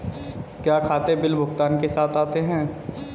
क्या खाते बिल भुगतान के साथ आते हैं?